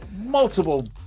multiple